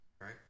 Right